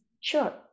Sure